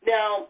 Now